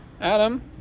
Adam